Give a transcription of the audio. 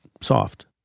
soft